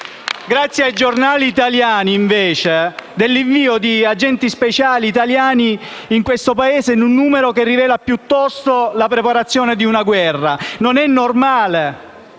Grazie ai giornali italiani, invece, si è saputo dell'invio di agenti speciali italiani in quel Paese in un numero che rivela piuttosto la preparazione a una guerra. Non è normale